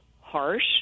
harsh